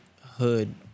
hood